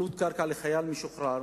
עלות קרקע לחייל משוחרר